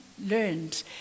learned